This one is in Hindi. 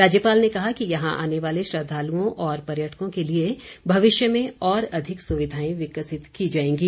राज्यपाल ने कहा कि यहां आने वाले श्रद्धालुओं और पर्यटकों के लिए भविष्य में और अधिक सुविधाएं विकसित की जाएंगी